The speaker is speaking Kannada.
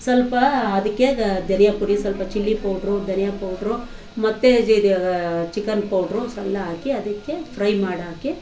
ಸ್ವಲ್ಪ ಅದಕ್ಕೆ ಧನಿಯ ಪುಡಿ ಸ್ವಲ್ಪ ಚಿಲ್ಲಿ ಪೌಡ್ರು ಧನಿಯ ಪೌಡ್ರು ಮತ್ತು ಚಿಕನ್ ಪೌಡ್ರು ಸಣ್ಣ ಹಾಕಿ ಅದಕ್ಕೆ ಫ್ರೈ ಮಾಡೋಕ್ಕೆ